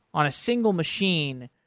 on a single machine,